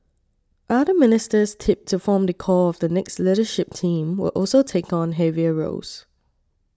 other ministers tipped to form the core of the next leadership team will also take on heavier roles